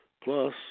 plus